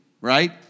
Right